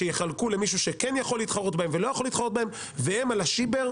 שיחלקו למישהו שכן יכול להתחרות בהם ולא יכול להתחרות בהם והם על השיבר,